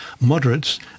moderates